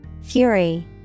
Fury